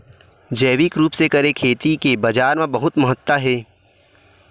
जैविक रूप से करे खेती के बाजार मा बहुत महत्ता हे